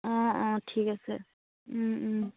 অঁ অঁ ঠিক আছে